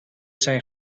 zijn